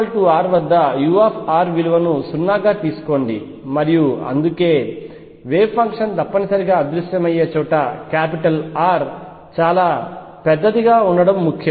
r R వద్ద u విలువను 0 గా తీసుకోండి మరియు అందుకే వేవ్ ఫంక్షన్ తప్పనిసరిగా అదృశ్యమయ్యే చోట క్యాపిటల్ R చాలా పెద్దదిగా ఉండటం ముఖ్యం